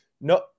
No